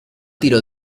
tiro